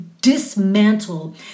dismantle